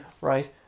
Right